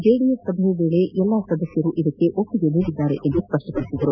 JDS ಸಭೆ ವೇಳೆ ಎಲ್ಲ ಸದಸ್ಯರು ಇದಕ್ಕೆ ಒಪ್ಪಿದ್ದಾರೆ ಎಂದು ಸ್ಪಷ್ಟಪಡಿಸಿದರು